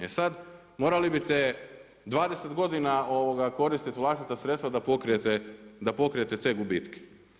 E sada, morali biste 20 godina koristiti vlastita sredstva da pokrijete te gubitke.